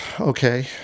Okay